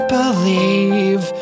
believe